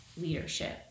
leadership